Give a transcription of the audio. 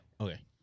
Okay